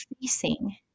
facing